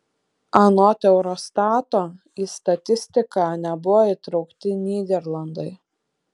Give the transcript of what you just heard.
anot eurostato į statistiką nebuvo įtraukti nyderlandai